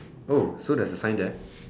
oh so there's a sign there